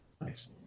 Nice